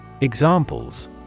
Examples